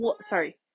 sorry